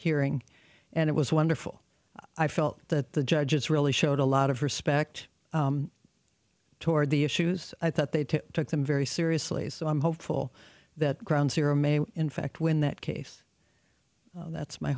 hearing and it was wonderful i felt that the judges really showed a lot of respect toward the issues i thought they had to take them very seriously so i'm hopeful that ground zero may in fact win that case that's my